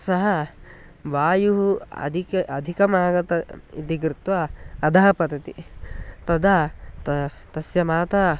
सः वायुः अधिकम् अधिकम् आगतम् इति कृत्वा अधः पतति तदा त तस्य माता